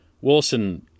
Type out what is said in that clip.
Wilson